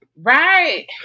Right